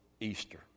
Easter